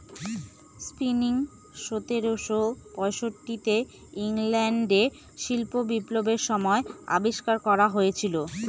spinning সতেরোশো পয়ষট্টি তে ইংল্যান্ডে শিল্প বিপ্লবের সময় আবিষ্কার করা হয়েছিল